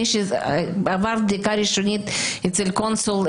מי שעבר בדיקה ראשונית אצל קונסול,